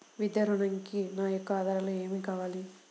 విద్యా ఋణంకి నా యొక్క ఆధారాలు ఏమి కావాలి?